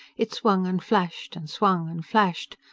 it swung and flashed, and swung and flashed.